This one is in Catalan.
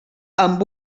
amb